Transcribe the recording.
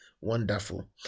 Wonderful